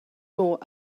more